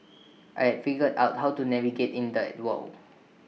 I had figured out how to navigate in that world